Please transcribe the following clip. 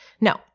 No